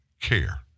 care